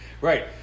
Right